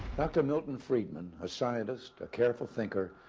dr. milton friedman, a scientist, a careful thinker,